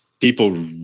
People